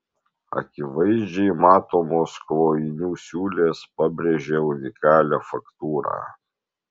akivaizdžiai matomos klojinių siūlės pabrėžia unikalią faktūrą